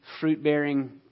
fruit-bearing